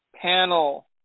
panel